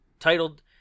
Titled